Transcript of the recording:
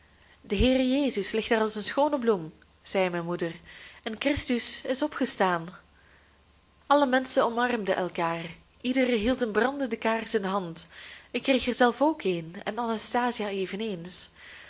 de heere jezus ligt daar als een schoone bloem zei mijn moeder en christus is opgestaan alle menschen omarmden elkaar ieder hield een brandende kaars in de hand ik kreeg er zelf ook een en anastasia eveneens